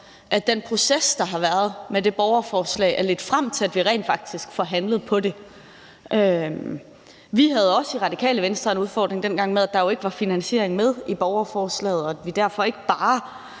at den proces, der har været med det borgerforslag, har ledt frem til, at vi rent faktisk får handlet på det. Vi havde også i Radikale Venstre en udfordring dengang med, at der jo ikke var finansiering med i borgerforslaget, og at vi derfor ikke bare